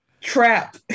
trap